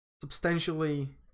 substantially